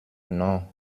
non